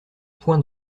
point